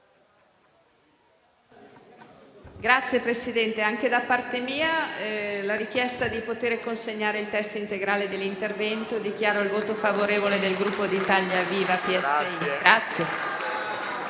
Signor Presidente, anche da parte mia proviene la richiesta di poter consegnare il testo integrale dell'intervento e dichiaro il voto favorevole del Gruppo Italia Viva-PSI.